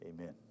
amen